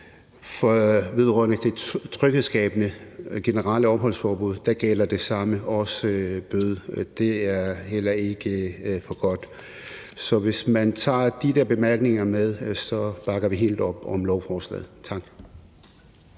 overtrædelse af det tryghedsskabende generelle opholdsforbud også straffes med en bøde – det er heller ikke for godt. Så hvis man tager de bemærkninger med, bakker vi helt op om lovforslaget. Tak.